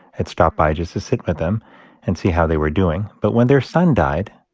had stopped by just to sit with them and see how they were doing. but when their son died,